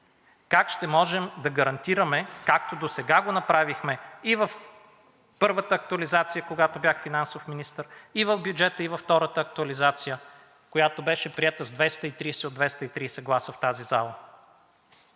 как ще може да гарантираме, както досега го направихме и в първата актуализация, когато бях финансов министър, и в бюджета във втората актуализация, която беше приета с 230 от 230 гласа в тази зала?